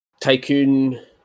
tycoon